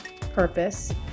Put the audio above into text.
purpose